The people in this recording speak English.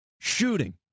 shooting